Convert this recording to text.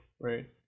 right